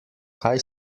kaj